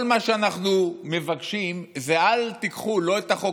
כל מה שאנחנו מבקשים זה: אל תיקחו לא את החוק